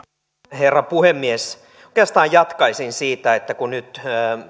herra puhemies oikeastaan jatkaisin siitä että kun nyt